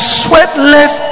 sweatless